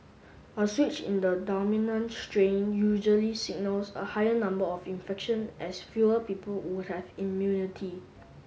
a switch in the dominant strain usually signals a higher number of infection as fewer people would have immunity